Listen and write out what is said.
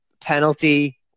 penalty